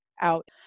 out